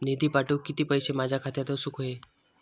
निधी पाठवुक किती पैशे माझ्या खात्यात असुक व्हाये?